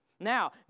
Now